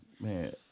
man